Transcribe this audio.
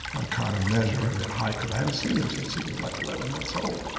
i'm kind of measuring their height, because i hadn't seen him since he was like eleven months old.